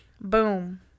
boom